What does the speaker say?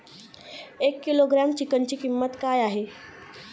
एक किलोग्रॅम चिकनची किंमत काय आहे?